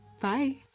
Bye